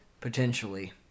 Potentially